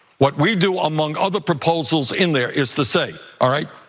what we do among other proposals in there is the same, all right?